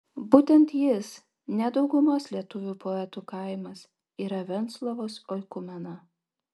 būtent jis ne daugumos lietuvių poetų kaimas yra venclovos oikumena